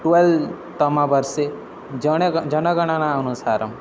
twelve तम वर्षे जनः जनगणना अनुसारं